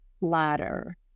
ladder